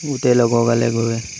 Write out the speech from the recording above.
গোটেই লগৰ গালে গৈ